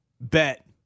Bet